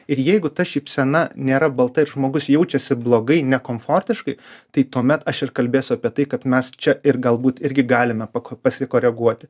ir jeigu ta šypsena nėra balta ir žmogus jaučiasi blogai nekomfortiškai tai tuomet aš ir kalbėsiu apie tai kad mes čia ir galbūt irgi galime pako pasikoreguoti